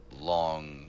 long